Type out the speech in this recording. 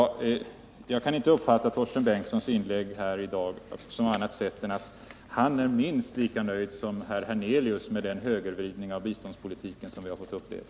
Jag kan inte uppfatta Torsten Bengtsons inlägg här i dag på annat sätt än att han är minst lika nöjd som herr Hernelius är med den högervridning av biståndspolitiken som vi fått uppleva.